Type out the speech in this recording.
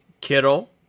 Kittle